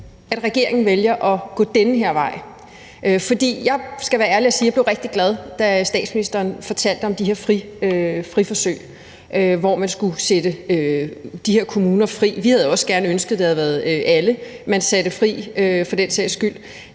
at regeringen vælger at gå den her vej. For jeg skal være ærlig og sige, at jeg blev rigtig glad, da statsministeren fortalte om de her friforsøg, hvor man skulle sætte de her kommuner fri. Vi havde gerne set, at det havde været alle, man satte fri, for den sags skyld.